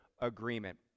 agreement